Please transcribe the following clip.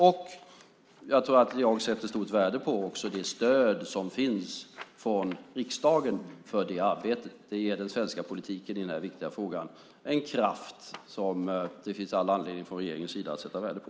Jag sätter också stort värde på det stöd som finns från riksdagen för det arbetet. Det ger den svenska politiken i den här viktiga frågan en kraft det finns all anledning från regeringens sida att sätta värde på.